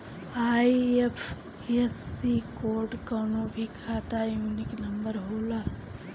IFSC code कवनो भी खाता यूनिक नंबर होला